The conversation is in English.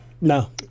No